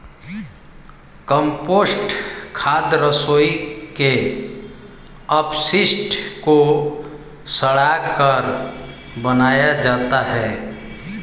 compost खाद रसोई के अपशिष्ट को सड़ाकर बनाया जाता है